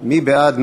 מי בעד?